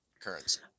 currency